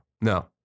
No